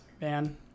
man